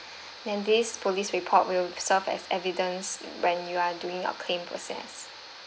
then this police report will serve as evidenced when you are doing your claim process